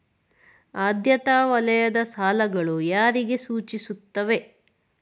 ಆದ್ಯತಾ ವಲಯದ ಸಾಲಗಳು ಯಾರಿಗೆ ಸೂಚಿಸುತ್ತವೆ?